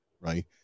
right